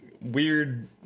weird